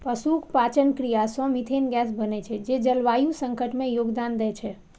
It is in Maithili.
पशुक पाचन क्रिया सं मिथेन गैस बनै छै, जे जलवायु संकट मे योगदान दै छै